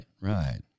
right